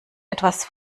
etwas